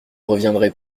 reviendrai